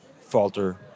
falter